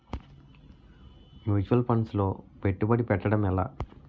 Mutual funds లో పెట్టుబడి పెట్టడం ఎలా?